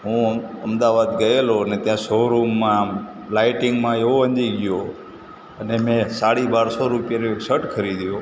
હું અમદાવાદ ગયેલો અને ત્યાં શોરૂમમાં લાઇટિંગમાં એવો અંજાઈ ગયો અને મેં સાડી બારસો રૂપિયાનો એક સટ ખરીદ્યો